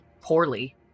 poorly